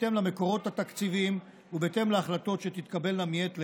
בהתאם למקורות התקציביים ובהתאם להחלטות שתתקבלנה מעת לעת.